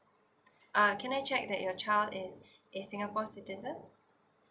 ah can I check that your child is is singapore citizen